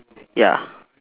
ya